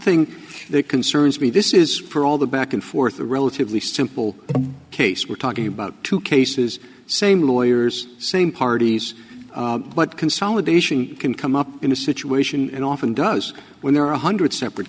thing that concerns me this is for all the back and forth the relatively simple case we're talking about two cases same lawyers same parties but consolidation can come up in a situation and often does when there are one hundred separate